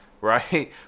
right